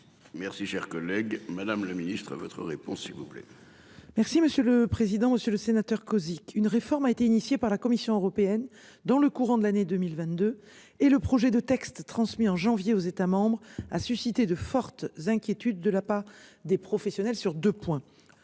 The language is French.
Merci cher collègue. Madame le Ministre votre réponse s'il vous plaît. Merci monsieur le président, Monsieur le Sénateur, Cozic une réforme a été initié par la Commission européenne dans le courant de l'année 2022 et le projet de texte transmis en janvier aux États, a suscité de fortes inquiétudes de la part des professionnels sur 2 points